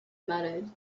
muttered